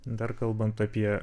dar kalbant apie